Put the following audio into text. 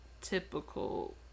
typical